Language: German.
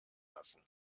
lassen